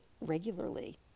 regularly